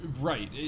Right